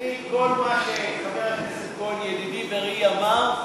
כל מה שחבר הכנסת כהן, ידידי ורעי, אמר,